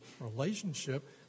relationship